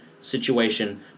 situation